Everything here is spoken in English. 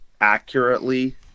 accurately